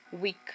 week